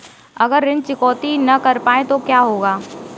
अगर ऋण चुकौती न कर पाए तो क्या होगा?